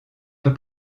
peu